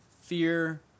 fear